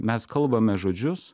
mes kalbame žodžius